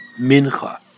Mincha